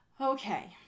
okay